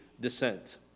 descent